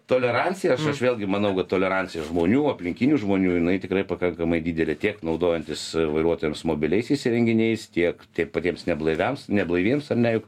yolerancija aš aš vėlgi manau kad tolerancija žmonių aplinkinių žmonių jinai tikrai pakankamai didelė tiek naudojantis vairuotojams mobiliaisiais įrenginiais tiek patiems neblaiviams neblaiviems ar ne juk